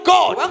God